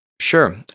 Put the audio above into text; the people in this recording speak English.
Sure